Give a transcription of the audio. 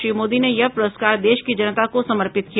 श्री मोदी ने यह पुरस्कार देश की जनता को समर्पित किया